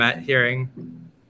hearing